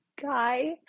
guy